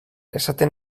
esaten